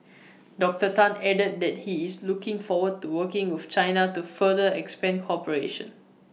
Doctor Tan added that he is looking forward to working with China to further expand cooperation